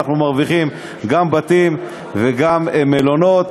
אנחנו מרוויחים גם בתים וגם מלונות.